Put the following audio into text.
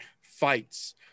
fights